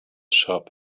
shop